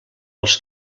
els